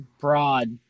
broad